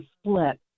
split